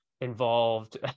involved